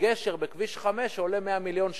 גשר בכביש 5 שעולה 100 מיליון שקל.